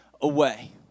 away